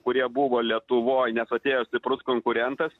kurie buvo lietuvoj nes atėjo stiprus konkurentas